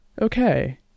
Okay